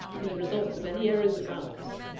than the results of any errors of ralph's.